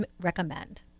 recommend